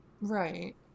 Right